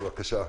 בבקשה.